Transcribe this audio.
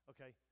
Okay